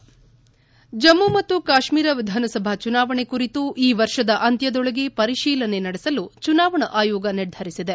head Jammu ಮತ್ತು ಕಾಶ್ಮೀರ ವಿಧಾನಸಭಾ ಚುನಾವಣೆ ಕುರಿತು ಈ ವರ್ಷದ ಅಂತ್ಯದೊಳಗೆ ಪರಿಶೀಲನೆ ನಡೆಸಲು ಚುನಾವಣಾ ಆಯೋಗ ನಿರ್ಧರಿಸಿದೆ